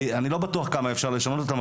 אני לא בטוח כמה אפשר לשנות אותם,